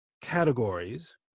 categories